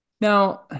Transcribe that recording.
Now